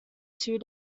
two